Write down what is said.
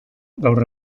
gaur